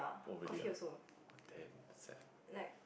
oh really ah !damn! sad